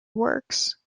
works